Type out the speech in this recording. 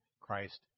Christ